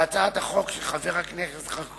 בהצעת החוק של חבר הכנסת חסון